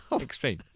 Extreme